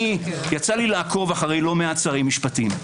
יצא לי לעקוב אחר לא מעט שרי משפטים.